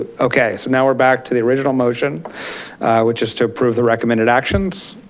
okay, so now we're back to the original motion which is to approve the recommended actions.